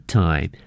time